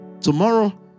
Tomorrow